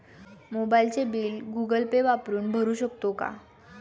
मोबाइलचे bill Google Pay वापरून भरू शकतो का?